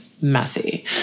messy